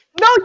No